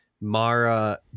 Mara